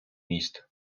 міст